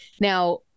Now